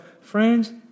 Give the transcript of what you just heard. friends